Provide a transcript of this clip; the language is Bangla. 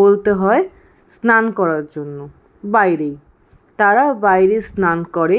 বলতে হয় স্নান করার জন্য বাইরেই তারা বাইরে স্নান করে